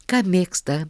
ką mėgsta